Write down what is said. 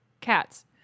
cats